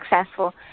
successful